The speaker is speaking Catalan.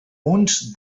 munts